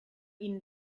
ihnen